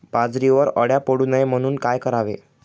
बाजरीवर अळ्या पडू नये म्हणून काय करावे?